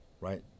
right